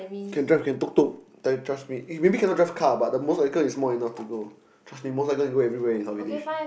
can drive can tuk-tuk then drive me you maybe cannot drive car but the motorcycle is small enough to go trust me motorcycle can go everywhere in Southeast-Asia